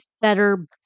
Better